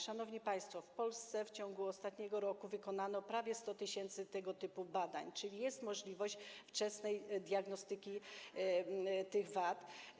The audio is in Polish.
Szanowni państwo, w Polsce w ciągu ostatniego roku wykonano prawie 100 tys. tego typu badań, czyli jest możliwość wczesnej diagnostyki tych wad.